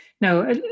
No